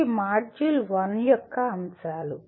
ఇవి మాడ్యూల్ 1 యొక్క అంశాలు